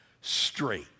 straight